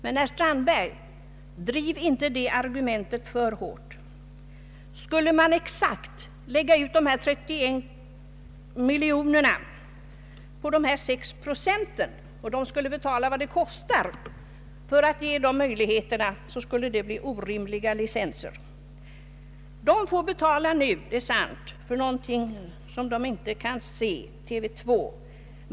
Men, herr Strandberg, driv inte det argumentet för hårt! Skulle man exakt fördela dessa 231 miljoner på de 6—7 procenten och låta dem betala vad utbyggnaden kostar, skulle det bli orimliga licenser. Man får nu betala för TV 2 som man inte kan se.